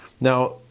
Now